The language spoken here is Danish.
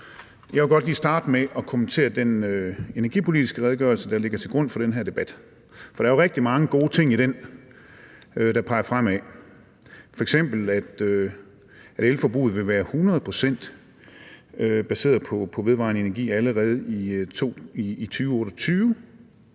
Jeg vil godt lige starte med at kommentere den energipolitiske redegørelse, der ligger til grund for den her debat. Der er rigtig mange gode ting i den, der peger fremad, f.eks. at elforbruget vil være 100 pct. baseret på vedvarende energi allerede i 2028.